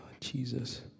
Jesus